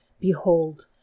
behold